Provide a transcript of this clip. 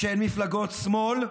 שהן מפלגות שמאל,